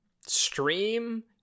Stream